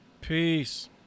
Peace